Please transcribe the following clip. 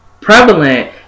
prevalent